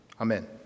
Amen